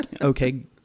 Okay